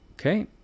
okay